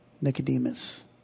Nicodemus